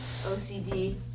OCD